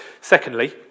Secondly